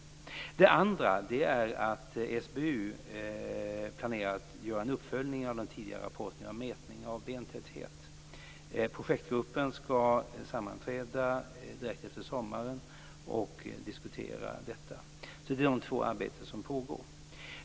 Det andra är att SBU planerar att göra en uppföljning av den tidigare rapporten om mätning av bentäthet. Projektgruppen skall sammanträda direkt efter sommaren och då diskutera detta. Det är alltså dessa två arbeten som pågår.